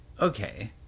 okay